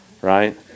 right